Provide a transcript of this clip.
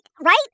Right